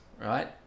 right